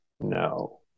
no